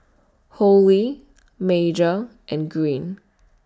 Holly Major and Greene